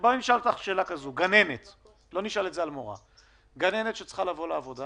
גננת שצריכה לבוא לעבודה